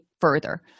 further